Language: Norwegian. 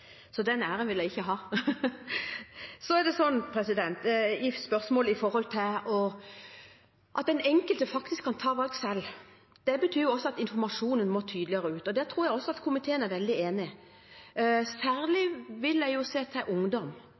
Så den æren vil jeg ikke ha. Så er det slik i dette spørsmålet at den enkelte faktisk kan ta valg selv. Det betyr også at informasjonen må tydeligere ut, og det tror jeg også komiteen er veldig enig i. Særlig vil jeg se til ungdom.